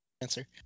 answer